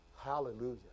Hallelujah